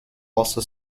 also